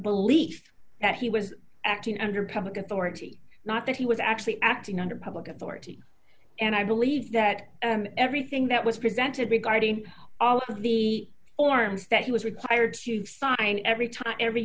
belief that he was acting under public authority not that he was actually acting under public authority and i believe that everything that was presented regarding all of the forms that was required to find every